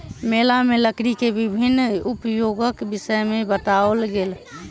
मेला में लकड़ी के विभिन्न उपयोगक विषय में बताओल गेल